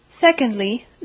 Secondly